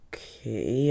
Okay